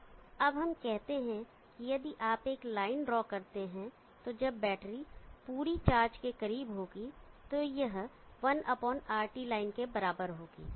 तो अब हम कहते हैं कि यदि आप एक लाइन ड्रॉ करते हैं तो जब बैटरी पूरी चार्ज के करीब होगी तो यह 1RT लाइन के बराबर होगी